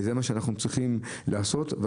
את הגידולים שלנו וזה מה שאנחנו צריכים לעשות והדבר